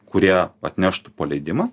kurie atneštų po leidimą